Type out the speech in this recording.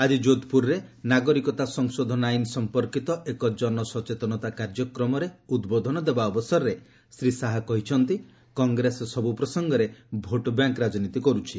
ଆକି ଜୋଧପ୍ରରେ ନାଗରିକତା ସଂଶୋଧନ ଆଇନ୍ ସମ୍ପର୍କୀତ ଏକ ଜନସଚେତନତା କାର୍ଯ୍ୟକ୍ରମରେ ଉଦ୍ବୋଧନ ଦେବା ଅବସରରେ ଶ୍ରୀ ଶାହା କହିଛନ୍ତି କଂଗ୍ରେସ ସବୁ ପ୍ରସଙ୍ଗରେ ଭୋଟବ୍ୟାଙ୍କ୍ ରାଜନୀତି କରୁଛି